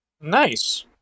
Nice